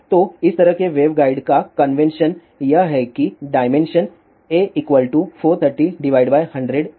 तो इस तरह के वेवगाइड्स का कन्वेंशन यह है कि डायमेंशन a 430100 इंच